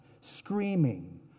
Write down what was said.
screaming